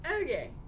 Okay